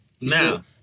Now